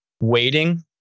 waiting